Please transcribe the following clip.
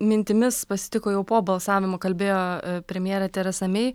mintimis pasitiko jau po balsavimo kalbėjo premjerė teresa mei